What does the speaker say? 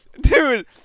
Dude